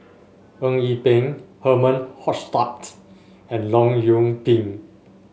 Eng Yee Peng Herman Hochstadt and Leong Yoon Pin